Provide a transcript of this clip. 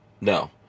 No